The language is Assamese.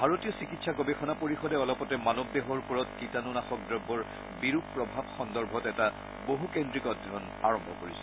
ভাৰতীয় চিকিৎসা গৱেষণা পৰিষদে অলপতে মানৱ দেহৰ ওপৰত কীটাণুনাশক দ্ৰব্যৰ বিৰূপ প্ৰভাৱ সন্দৰ্ভত এটা বহুকেদ্ৰিক অধ্যয়ন আৰম্ভ কৰিছে